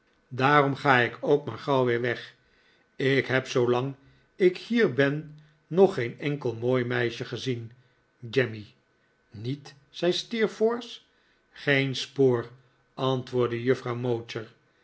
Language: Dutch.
daarom ga ik ook maar gauw weer weg ik heb zoolang ik hier ben nog geen enkel mooi meisje gezien jemmy niet zei steerforth geen spoor antwoordde